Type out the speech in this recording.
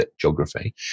geography